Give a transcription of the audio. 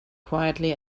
quietly